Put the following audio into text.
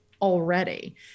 already